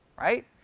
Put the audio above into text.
right